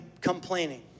complaining